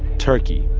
turkey,